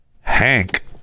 Hank